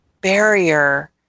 barrier